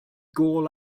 gôl